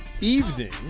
evening